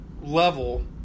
level